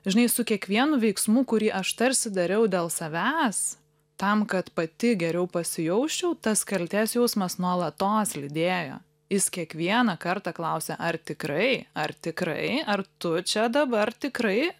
žinai su kiekvienu veiksmu kurį aš tarsi dariau dėl savęs tam kad pati geriau pasijausčiau tas kaltės jausmas nuolatos lydėjo jis kiekvieną kartą klausė ar tikrai ar tikrai ar tu čia dabar tikrai